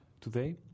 today